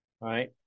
right